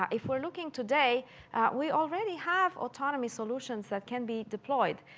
um if we're looking today we already have autonomy solutions that can be deployed.